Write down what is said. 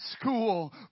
school